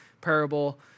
parable